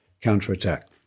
counterattack